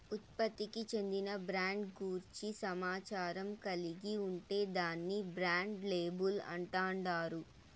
ఉత్పత్తికి చెందిన బ్రాండ్ గూర్చి సమాచారం కలిగి ఉంటే దాన్ని బ్రాండ్ లేబుల్ అంటాండారు